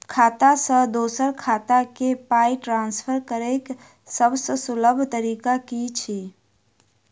खाता सँ दोसर खाता मे पाई ट्रान्सफर करैक सभसँ सुलभ तरीका की छी?